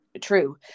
true